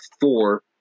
four